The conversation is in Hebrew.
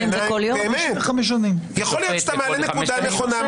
יכול להיות שאתה מעלה נקודה נכונה,